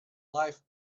life